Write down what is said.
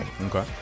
Okay